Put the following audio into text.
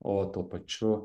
o tuo pačiu